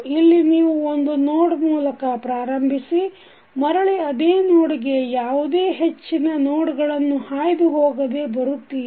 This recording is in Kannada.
ಇಲ್ಲಿ ನೀವು ಒಂದು ನೋಡ್ ಮೂಲಕ ಪ್ರಾರಂಭಿಸಿ ಮರಳಿ ಅದೇ ನೋಡ್ ಗೆ ಯಾವುದೇ ಹೆಚ್ಚಿನ ನೋಡ್ ಗಳನ್ನು ಹಾಯ್ದು ಹೋಗದೆ ಬರುತ್ತೀರಿ